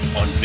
on